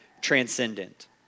transcendent